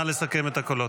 נא לסכם את הקולות.